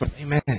amen